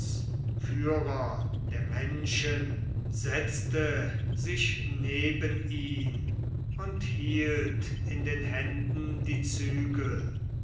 der menschen setzte sich neben ihn und hielt in den händen die zügel